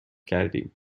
کردیم